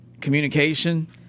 communication